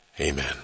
Amen